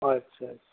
अच्छा अच्छा